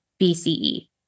BCE